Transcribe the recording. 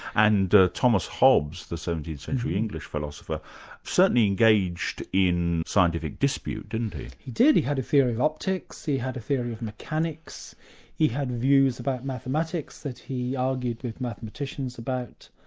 and thomas hobbes, the seventeenth century english philosopher certainly engaged in scientific dispute, didn't he? he did. he had a theory of optics, he had a theory of mechanics he had views about mathematics that he argued with mathematicians about.